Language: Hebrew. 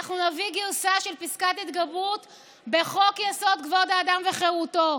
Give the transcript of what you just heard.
אנחנו נביא גרסה של פסקת התגברות בחוק-יסוד: כבוד האדם וחירותו.